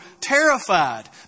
terrified